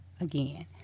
again